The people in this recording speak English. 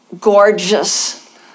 gorgeous